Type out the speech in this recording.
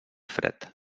fred